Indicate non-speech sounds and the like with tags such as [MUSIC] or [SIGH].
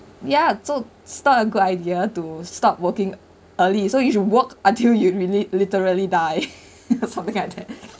ya so start a good idea to stop working early so you should work until you really literally die [LAUGHS] something like that